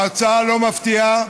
ההצעה לא מפתיעה,